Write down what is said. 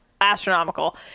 astronomical